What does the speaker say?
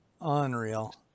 Unreal